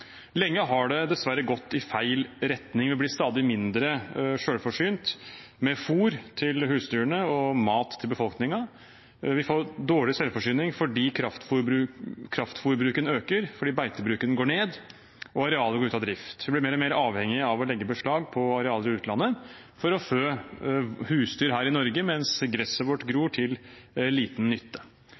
Lenge har det dessverre gått i feil retning. Vi blir stadig mindre selvforsynt med fôr til husdyrene og mat til befolkningen. Vi får dårlig selvforsyning fordi kraftfôrbruken øker, beitebruken går ned, og arealer går ut av drift. Vi bli mer og mer avhengige av å legge beslag på arealer i utlandet for å fø husdyr her i Norge, mens gresset vårt gror til liten nytte.